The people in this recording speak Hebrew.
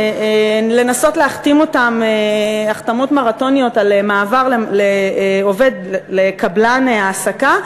לנסות להחתים אותם החתמות מרתוניות על מעבר עובד לקבלן העסקה,